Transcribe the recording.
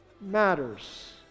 matters